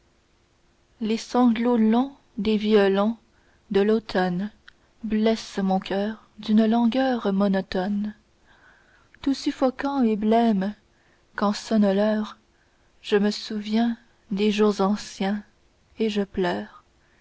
les sanglots longs des violons de l'automne blessent mon coeur d'une langueur monotone tout suffocant et blême quand sonne l'heure je me souviens des jours anciens et je pleure